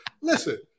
Listen